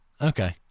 Okay